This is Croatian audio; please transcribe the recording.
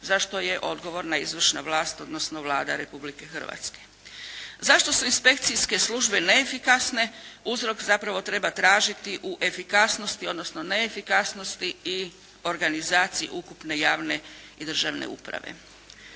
za što je odgovorna izvršna vlast odnosno Vlada Republike Hrvatske. Zašto su inspekcijske službe neefikasnije uzrok zapravo treba tražiti u efikasnosti, odnosno neefikasnosti i organizaciji ukupne javne i državne uprave.